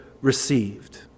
received